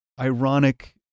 ironic